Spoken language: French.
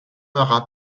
aura